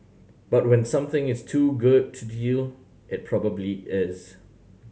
but when something is too good to deal it probably is